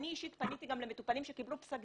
אני אישית פניתי גם למטופלים שקיבלו פסק